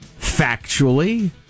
Factually